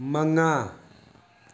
ꯃꯉꯥ